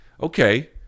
Okay